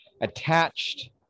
attached